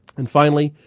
and finally,